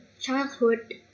childhood